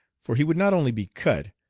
for he would not only be cut,